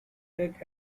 deck